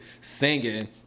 Singing